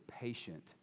patient